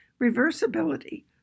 reversibility